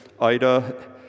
Ida